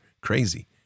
Crazy